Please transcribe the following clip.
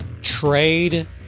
trade